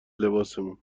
لباسمون